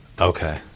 Okay